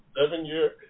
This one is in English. seven-year